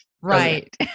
Right